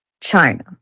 China